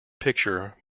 picture